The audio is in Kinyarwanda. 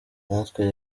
natwe